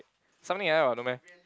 something like that what no meh